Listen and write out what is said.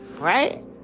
Right